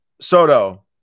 Soto